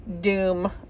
doom